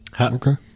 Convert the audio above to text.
Okay